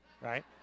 right